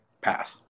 pass